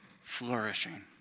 flourishing